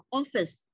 office